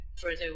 further